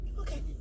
Okay